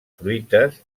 fruites